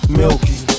milky